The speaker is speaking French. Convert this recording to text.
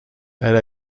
elle